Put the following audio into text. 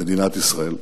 מדינת ישראל.